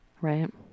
Right